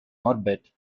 orbit